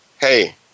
Hey